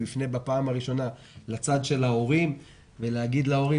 הוא יפנה בפעם הראשונה לצד של ההורים ונאמר להורים